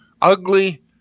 ugly